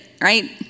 right